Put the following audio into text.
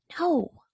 no